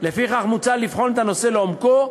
לפיכך מוצע לבחון את הנושא לעומקו,